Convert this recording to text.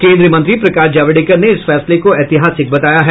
केंद्रीय मंत्री प्रकाश जावड़ेकर ने इस फैसले को ऐतिहासिक बताया है